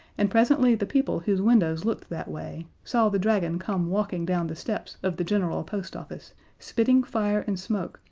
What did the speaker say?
and presently the people whose windows looked that way saw the dragon come walking down the steps of the general post office spitting fire and smoke,